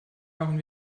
machen